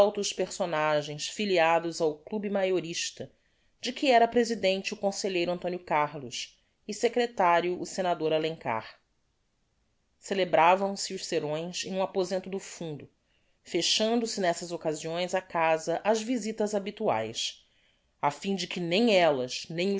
altos personagens filiados ao club maiorista de que era presidente o conselheiro antonio carlos e secretario o senador alencar celebravam se os serões em um aposento do fundo fechando se nessas occasiões a casa ás visitas habituaes afim de que nem ellas nem